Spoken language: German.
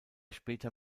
später